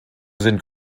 sind